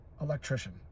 electrician